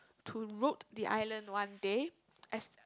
to road the island one day as